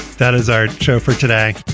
that is our show for today.